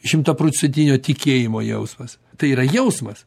šimtaprocentinio tikėjimo jausmas tai yra jausmas